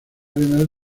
arenal